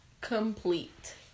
Complete